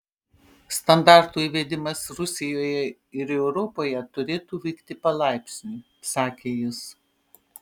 standartų įvedimas rusijoje ir europoje turėtų vykti palaipsniui sakė jis